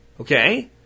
okay